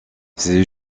ces